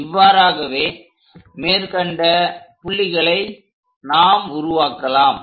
இவ்வாறாகவே மேற்கண்ட புள்ளிகளை நாம் உருவாக்கலாம்